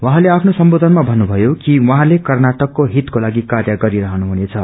उहाँले आफ्नो सम्बोधनमा भन्नुभयो कि उहाँले कर्नाटकको हितको लागि कार्य गरिरहनु हुनेछ